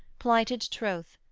plighted troth,